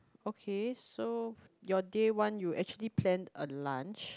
okay so your day one you actually plan a lunch